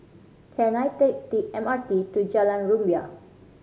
can I take the M R T to Jalan Rumbia